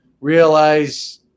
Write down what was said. realize